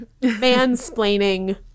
mansplaining